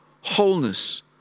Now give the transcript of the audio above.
wholeness